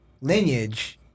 Lineage